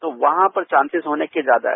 तो वहां पर चांसेज होने के ज्यादा है